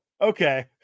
okay